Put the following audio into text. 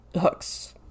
hooks